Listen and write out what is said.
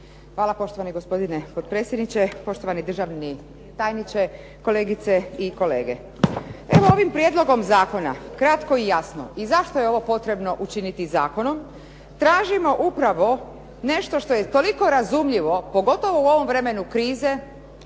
Hvala. Poštovani gospodine potpredsjedniče, poštovani državni tajniče, kolegice i kolege. Ovim prijedlogom zakona kratko i jasno i zašto je ovo potrebno učiniti zakonom tražimo upravo nešto što je toliko razumljivo pogotovo u ovom vremenu krize,